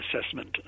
assessment